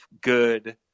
good